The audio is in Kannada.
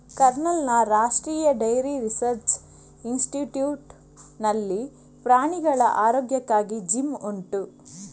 ಕರ್ನಾಲ್ನ ರಾಷ್ಟ್ರೀಯ ಡೈರಿ ರಿಸರ್ಚ್ ಇನ್ಸ್ಟಿಟ್ಯೂಟ್ ನಲ್ಲಿ ಪ್ರಾಣಿಗಳ ಆರೋಗ್ಯಕ್ಕಾಗಿ ಜಿಮ್ ಉಂಟು